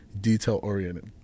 detail-oriented